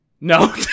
no